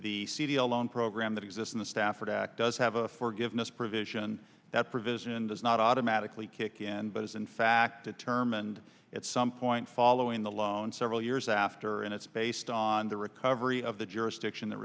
o loan program that exist in the stafford act does have a forgiveness provision that provision does not automatically kick in but it's in fact a term and at some point following the loan several years after and it's based on the recovery of the jurisdiction that